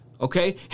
Okay